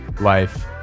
life